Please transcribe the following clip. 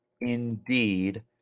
indeed